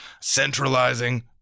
centralizing